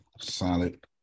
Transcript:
solid